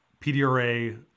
pdra